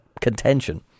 contention